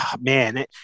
man